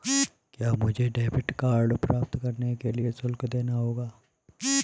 क्या मुझे debit card प्राप्त करने के लिए शुल्क देना होगा?